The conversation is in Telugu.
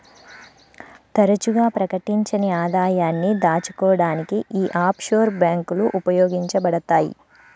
తరచుగా ప్రకటించని ఆదాయాన్ని దాచుకోడానికి యీ ఆఫ్షోర్ బ్యేంకులు ఉపయోగించబడతయ్